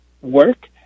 work